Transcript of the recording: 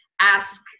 ask